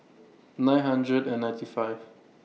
nine hundred and ninety five